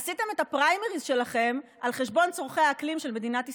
עשיתי את הפריימריז שלכם על חשבון צורכי האקלים של מדינת ישראל.